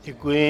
Děkuji.